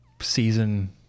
season